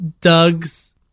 Doug's